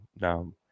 now